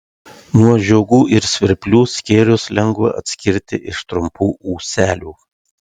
nuo žiogų ir svirplių skėrius lengva atskirti iš trumpų ūselių